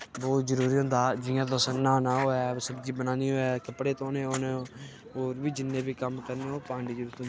बोह्त जरूरी होंदा जियां तुस न्हाना होऐ सब्जी बनानी होऐ कपड़े धोने होन होर बी जिन्ने बी कम्म करने ओह् पानी जरूरत होंदी